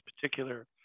particular